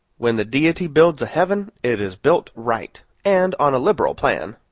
when the deity builds a heaven, it is built right, and on a liberal plan.